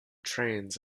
trains